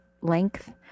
length